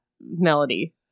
melody